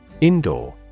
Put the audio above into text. indoor